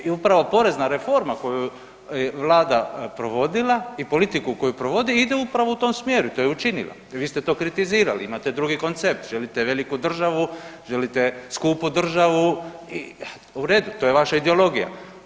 E i upravo porezna reforma koju je vlada provodila i politiku koju provodi ide upravo u tom smjeru i to je učinila i vi ste to kritizirali, imate drugi koncept, želite veliku državu, želite skupu državu, u redu, to je vaša ideologija.